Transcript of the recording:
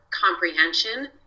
comprehension